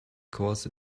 course